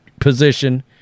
position